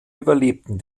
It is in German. überlebten